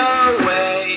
away